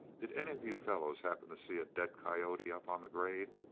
did any of you fellows happen to see a dead coyote up on the grade?